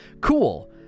Cool